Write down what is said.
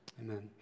Amen